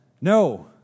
No